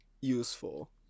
useful